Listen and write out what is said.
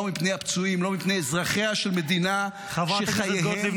לא מפני הפצועים ----- חברת הכנסת טלי גוטליב,